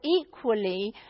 equally